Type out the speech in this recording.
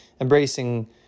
embracing